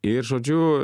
ir žodžiu